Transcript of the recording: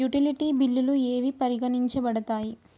Utility బిల్లులు ఏవి పరిగణించబడతాయి?